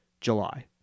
July